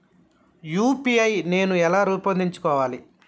UPI నేను ఎలా రూపొందించుకోవాలి?